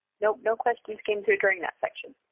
no no questions came through during that section.